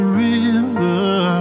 river